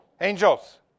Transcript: Angels